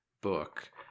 book